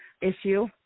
issue